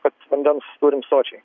kad vandens turime sočiai